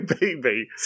baby